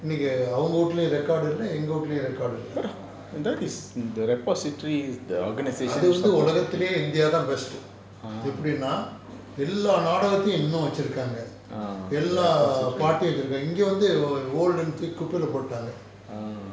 இன்னைக்கு அவங்க ஊர்லையும்:innaiku avanga urulayum recorded இல்ல எங்க ஊர்லையும்:illa enga urlayum recorded இல்ல:illa அது வந்து ஓலகதுலயே:athu vanthu olakathulaye india தான்:than best டு எப்புடின்டா எல்லா நாடகத்தையும் இன்னும் வச்சிருகாங்க எல்லா:du eppudinda ella naadakathayum innum vachirukanga ella part ஐயும் வச்சிருகாங்க இங்க வந்து:aiyum vachirukanga inga vanthu old டு தூக்கி குப்பைல போட்டுட்டாங்க:du thooki kuppaila potutanga